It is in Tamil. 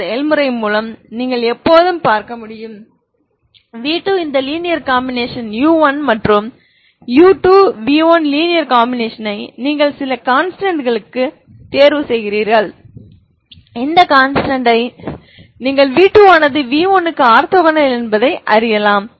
இந்த செயல்முறை மூலம் நீங்கள் எப்போதும்பார்க்க முடியும் v2 இந்த லீனியர் காம்பினேஷன் u1 மற்றும் u2 v1 லீனியர் காம்பினேஷன்யை நீங்கள் சில கான்ஸ்டன்ட் களுக்கு தேர்வு செய்கிறீர்கள் அந்த கான்ஸ்டன்ட்யை நீங்கள் v2 ஆனது v1 க்கு ஆர்த்தோகோனல் என்பதை அறியலாம்